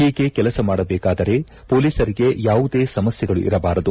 ಹೀಗೆ ಕೆಲಸ ಮಾಡಬೇಕಾದರೆ ಪೊಲೀಸರಿಗೆ ಯಾವುದೇ ಸಮಸ್ಕೆಗಳು ಇರಬಾರದು